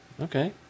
Okay